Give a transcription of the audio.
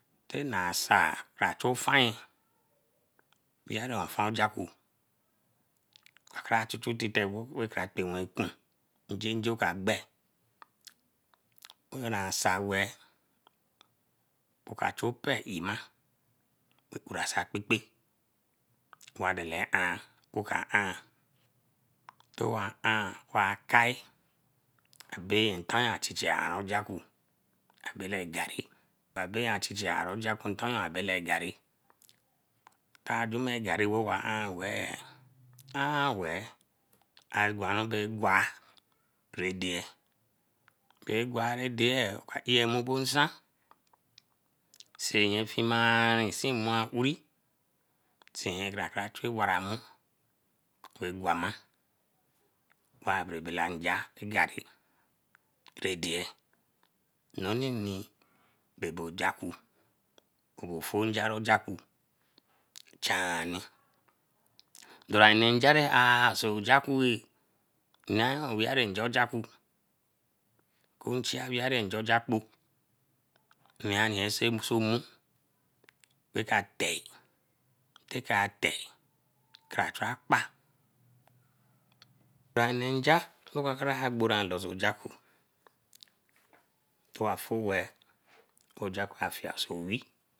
Teh na sai ratofin oweeh rah ofan jakpo rakara chu chu titenru weh kra kunwe kun njinjo kagbe. Ara sai weeh oka chu oppee ima bra san okpepe wa dele ahn. Wo kra ahn towa ahn wa kae, abeye ntan achichiye aru ojakpo abale garri, abaye achichiye, abale garri. Tan geme garri tan wa ahn weeh, agwanru bae waa baree deye. Bae gwanru deye, oka iye nmu abonsan seenye fimaari seen nmu aouri, sai nye ka kra chu wara nmu ku gwama ra be baela nja eh garri ra deye. Nonni nee bae bae njakpo, abon fo nja bae ojakpo chan nii. Dora nne nja ra aru sai njakpo ree, a weeri ye nja jaku, okun nchia weeriye nja ojakpo neriye soso nmu ra ka tei, tay kara tei, kara achu akpa barayenja ra gbora lo bae njakpo towa fo weeh ojakpo a fie so wee.